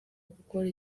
gukora